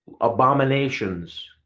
abominations